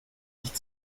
nicht